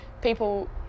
people